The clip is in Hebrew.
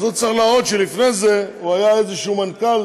אז הוא צריך להראות שלפני זה הוא היה איזשהו מנכ"ל